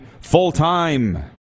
full-time